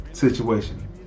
situation